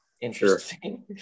interesting